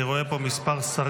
אני רואה פה כמה שרים,